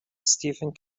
stephen